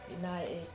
United